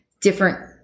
different